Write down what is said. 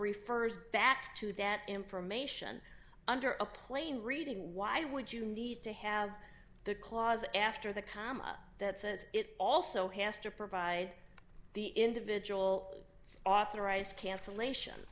prefers back to that information under a plain reading why would you need to have the clause after the comma that says it also has to provide the individual authorized cancellation